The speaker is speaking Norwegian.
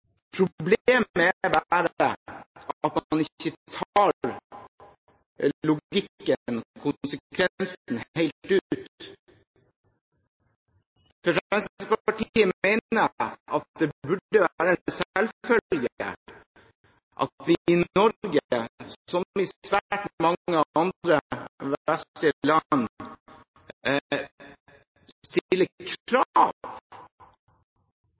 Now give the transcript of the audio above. er bare at man ikke tar logikken, konsekvensen, helt ut. Fremskrittspartiet mener at det burde være en selvfølge at vi i Norge, som i svært mange andre vestlige land, stiller krav